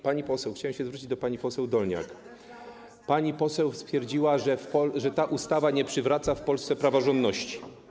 Pani poseł - chciałem się zwrócić do pani poseł Dolniak - pani poseł stwierdziła, że ta ustawa nie przywraca w Polsce praworządności.